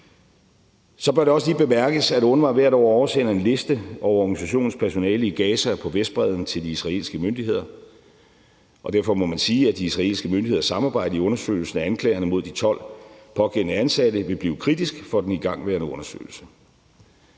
Så bør det også lige bemærkes, at UNRWA hvert år oversender en liste over organisationens personale i Gaza og på Vestbredden til de israelske myndigheder. Derfor må man sige, at de israelske myndigheders samarbejde i undersøgelsen af anklagerne mod de 12 pågældende ansatte vil blive kritisk for den igangværende undersøgelse.